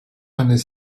renaît